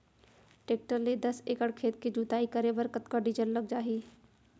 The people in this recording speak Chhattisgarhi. टेकटर ले दस एकड़ खेत के जुताई करे बर कतका डीजल लग जाही?